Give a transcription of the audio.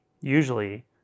usually